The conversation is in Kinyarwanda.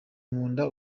nkunda